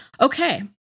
okay